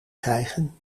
krijgen